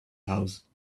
house